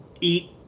eat